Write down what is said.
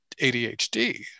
adhd